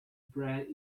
bread